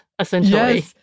essentially